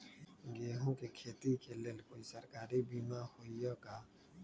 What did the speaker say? गेंहू के खेती के लेल कोइ सरकारी बीमा होईअ का?